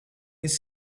his